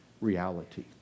reality